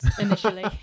initially